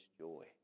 joy